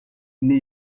new